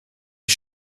est